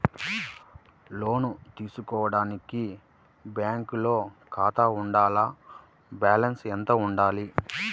లోను తీసుకోవడానికి బ్యాంకులో ఖాతా ఉండాల? బాలన్స్ ఎంత వుండాలి?